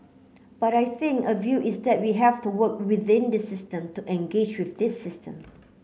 but I think a view is that we have to work within this system to engage with this system